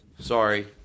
Sorry